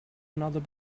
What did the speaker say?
another